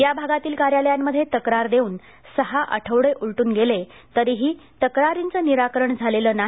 या भागाताल कार्यालयांमध्ये तक्रार देऊन सहा आठवडे उलटून गेले तरीही तक्रारींचे निराकरण झालेले नाही